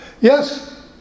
Yes